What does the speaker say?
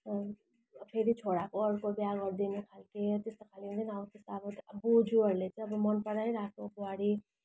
फेरि छोराको अर्को बिहा गरिदिने खालको त्यस्तो खाले हुन्छ नि अब त्यस्तो अब बोजुहरूले चाहिँ अब मनपराइरहेको बुहारी